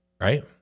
Right